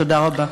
תודה רבה.